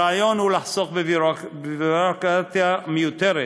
הרעיון הוא לחסוך בביורוקרטיה מיותרת,